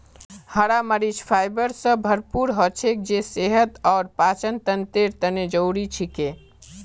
हरा मरीच फाइबर स भरपूर हछेक जे सेहत और पाचनतंत्रेर तने जरुरी छिके